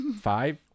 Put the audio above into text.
five